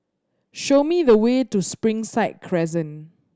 show me the way to Springside Crescent